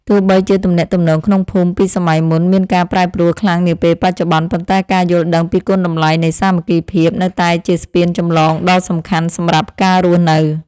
ទោះបីជាទំនាក់ទំនងក្នុងភូមិពីសម័យមុនមានការប្រែប្រួលខ្លាំងនាពេលបច្ចុប្បន្ន ប៉ុន្តែការយល់ដឹងពីគុណតម្លៃនៃសាមគ្គីភាពនៅតែជាស្ពានចម្លងដ៏សំខាន់សម្រាប់ការរស់នៅ។